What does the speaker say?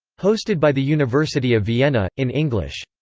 hosted by the university of vienna in english.